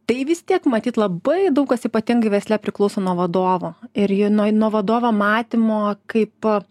tai vis tiek matyt labai daug kas ypatingai versle priklauso nuo vadovo ir jei noi nuo vadovo matymo kaip